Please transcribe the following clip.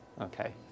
okay